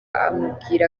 amubwira